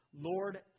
Lord